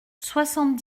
soixante